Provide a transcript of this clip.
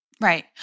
Right